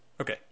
Okay